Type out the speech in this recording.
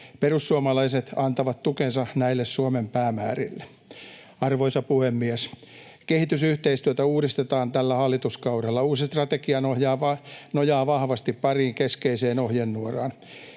Perussuomalaiset antavat tukensa näille Suomen päämäärille. Arvoisa puhemies! Kehitysyhteistyötä uudistetaan tällä hallituskaudella. Uusi strategia nojaa vahvasti pariin keskeiseen ohjenuoraan.